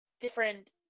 different